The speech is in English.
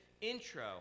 intro